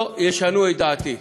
ולא ישנו את דעתי,